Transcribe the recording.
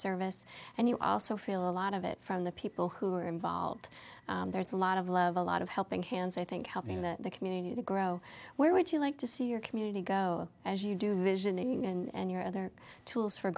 service and you also feel a lot of it from the people who are involved there's a lot of love a lot of helping hands i think helping the community to grow where would you like to see your community go as you do visioning and your other tools for